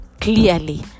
clearly